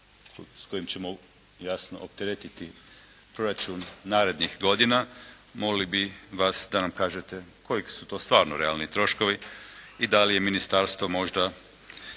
s kojima ćemo jasno opteretiti proračun narednih godina. Molili bih vas da nam kažete koji su to stvarno realni troškovi i da li možda ministarstvo možda